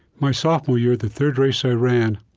my sophomore year, the third race i ran,